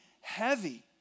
heavy